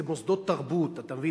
זה מוסדות תרבות, אתה מבין?